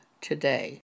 today